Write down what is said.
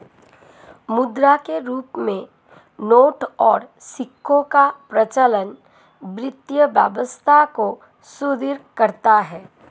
मुद्रा के रूप में नोट और सिक्कों का परिचालन वित्तीय व्यवस्था को सुदृढ़ करता है